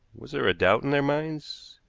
was there a doubt in their minds?